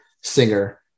singer